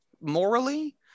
morally